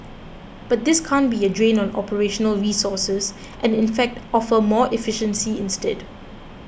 but this can't be a drain on operational resources and in fact offer more efficiency instead